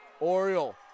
Oriole